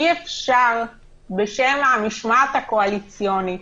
אי-אפשר, בשם המשמעת הקואליציונית,